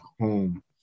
home